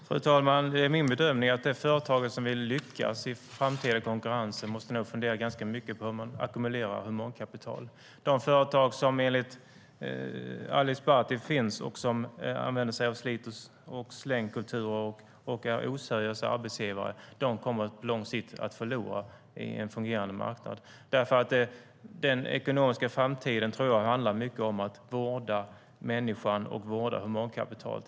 Fru talman! Det är min bedömning att det företag som vill lyckas i den framtida konkurrensen måste fundera ganska mycket på hur man ackumulerar humankapital. De företag som enligt Ali Esbati finns och använder sig av slit-och-släng-kultur och är oseriösa arbetsgivare kommer på lång sikt att förlora på en fungerande marknad. Den ekonomiska framtiden tror jag handlar mycket om att vårda människan och humankapitalet.